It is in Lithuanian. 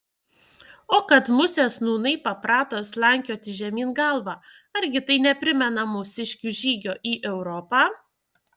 o kad musės nūnai paprato slankioti žemyn galva argi tai neprimena mūsiškių žygio į europą